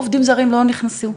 עובדים זרים לא נכנסים,